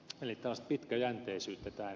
eli taas pitkäjänteisyyttä tai